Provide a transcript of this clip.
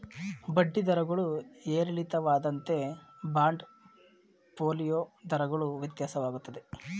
ಬಡ್ಡಿ ದರಗಳು ಏರಿಳಿತವಾದಂತೆ ಬಾಂಡ್ ಫೋಲಿಯೋ ದರಗಳು ವ್ಯತ್ಯಾಸವಾಗುತ್ತದೆ